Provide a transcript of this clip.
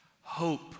hope